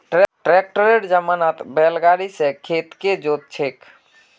ट्रैक्टरेर जमानात बैल गाड़ी स खेत के जोत छेक